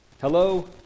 Hello